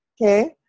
okay